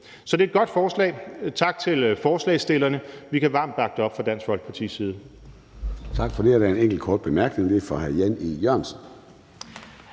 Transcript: Så det er et godt forslag, tak til stillerne, og vi kan varmt bakke det op fra Dansk Folkepartis side.